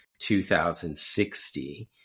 2060